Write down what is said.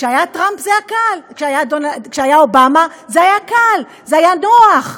כשהיה אובמה זה היה קל, זה היה נוח,